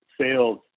sales